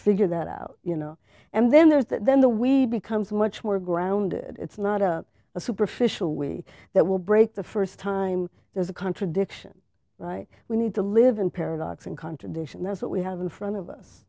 figure that out you know and then there's that then the we becomes much more grounded it's not a a superficial way that will break the st time there's a contradiction like we need to live in paradox and contradiction that's what we have in front of us